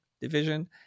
division